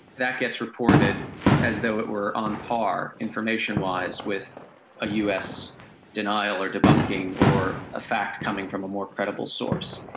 that gets reported as though it were on par, information-wise, with a us denial or debunking or a fact coming from a more credible source.